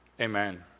Amen